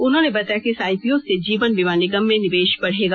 उन्होंने बताया कि इस आईपीओ से जीवन बीमा निगम में निवेश बढ़ेगा